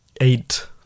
eight